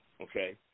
okay